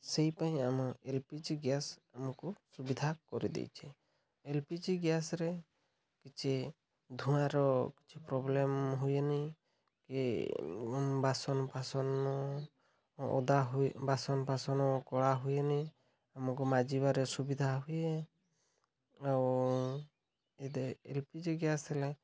ସେଇ ପାଇଁ ଆମ ପି ଜି ଗ୍ୟାସ୍ ଆମକୁ ସୁବିଧା କରିଦେଇଛି ପି ଜି ଗ୍ୟାସ୍ରେ କିଛି ଧୂଆଁର କିଛି ପ୍ରୋବ୍ଲେମ୍ ହୁଏନି କି ବାସନ ବାସନ ଓଦା ହୁଏ ବାସନ ବାସନ କଳା ହୁଏନି ଆମକୁ ମାଜିବାରେ ସୁବିଧା ହୁଏ ଆଉ ଏବେ ଏଲ୍ ପି ଜି ଗ୍ୟାସ୍ ହେଲେ